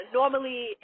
normally